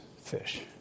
fish